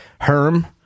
Herm